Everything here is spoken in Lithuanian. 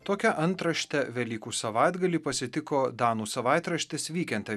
tokia antrašte velykų savaitgalį pasitiko danų savaitraštis vykentai